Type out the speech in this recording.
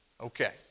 Okay